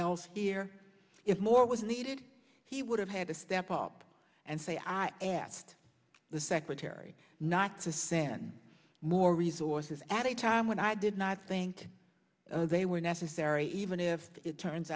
else here if more was needed he would have had to step up and say i asked the secretary not to sand more resources at a time when i did not think they were necessary even if it turns